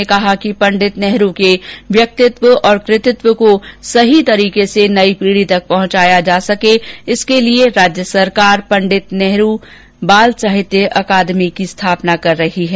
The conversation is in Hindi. उन्होंने कहा कि पं नेहरू के व्यक्तित्व और कृतित्व को सही तरीके से हमारी नई पीढी तक पहुंचाया जा सके इसके लिए राज्य सरकार पं जवाहर लाल नेहरू बाल साहित्य अकादमी की स्थापना कर रही है